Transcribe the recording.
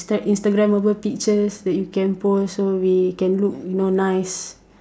Instagrammable pictures that you can post so we can look you know nice